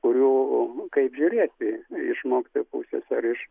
kurių kaip žiūrėti iš mokytojų pusės ar iš